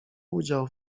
udział